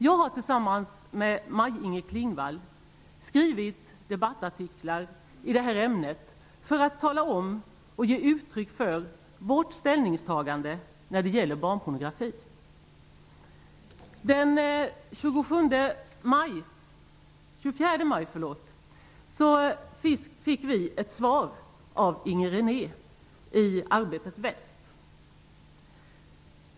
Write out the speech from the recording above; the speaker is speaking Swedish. Jag har tillsammans med Maj-Inger Klingvall skrivit debattartiklar i det här ämnet för att tala om och ge uttryck för vårt ställningstagande när det gäller barnpornografi. Den 24 maj fick vi ett svar av Inger René i Arbetet Väst.